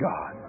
God